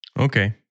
Okay